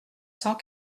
cent